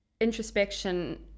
introspection